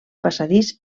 passadís